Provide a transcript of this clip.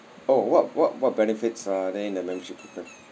oh what what what benefits are there in the membership